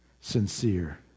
Sincere